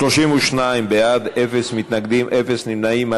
32 בעד, אין מתנגדים, אין נמנעים.